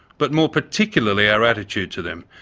but more particularly our attitude to them,